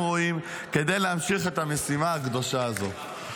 ראויים כדי להמשיך את המשימה הקדושה הזאת.